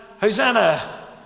Hosanna